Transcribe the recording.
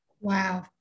Wow